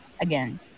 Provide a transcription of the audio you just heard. again